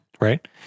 Right